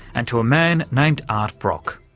and to a man named art brock.